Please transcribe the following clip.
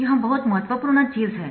यह बहुत महत्वपूर्ण चीज है